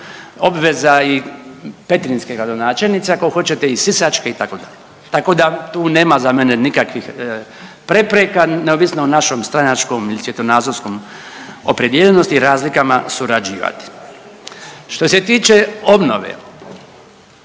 obveza i petrinjske gradonačelnice ako hoćete i sisačke itd., tako da tu nema za mene nikakvih prepreka neovisno o našem stranačkom i svjetonazorskom opredijeljenosti i razlikama surađivati. Što se tiče obnove,